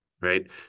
right